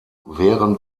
während